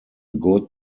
good